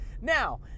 Now